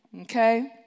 Okay